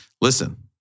Listen